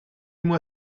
moi